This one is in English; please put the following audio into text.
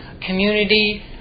community